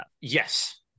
Yes